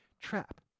trap